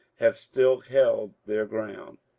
have still held their ground.